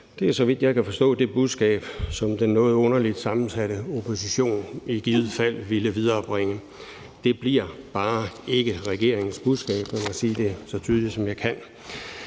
Det er, så vidt jeg kan forstå, det budskab, som den noget underligt sammensatte opposition i givet fald ville viderebringe. Det bliver bare ikke regeringens budskab, hvis jeg skal sige det, så tydeligt som jeg kan.